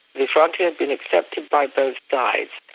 the frontier had been accepted by both sides.